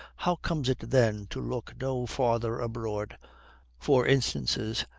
how comes it then, to look no farther abroad for instances,